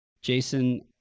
Jason